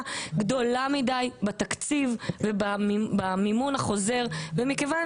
גדולה מדי בתקציב ובמימון החוזר ומכיוון